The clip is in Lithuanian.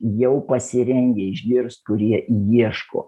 jau pasirengę išgirst kurie ieško